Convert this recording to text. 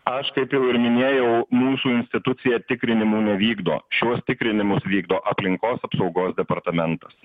aš kaip jau ir minėjau mūsų institucija tikrinimų nevykdo šiuos tikrinimus vykdo aplinkos apsaugos departamentas